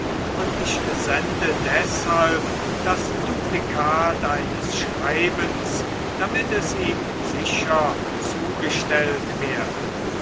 und ich sende deshalb das duplikat eines schreibens damit es ihm sicher zugestellt werde